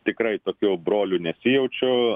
tikrai tokiu broliu nesijaučiu